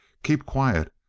keep quiet.